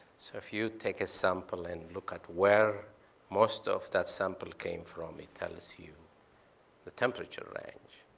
so if you take a sample and look at where most of that sample came from, it tells you the temperature range.